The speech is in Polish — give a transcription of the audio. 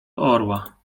orła